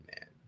man